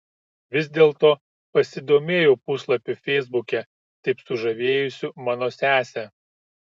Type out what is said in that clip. vis dėlto pasidomėjau puslapiu feisbuke taip sužavėjusiu mano sesę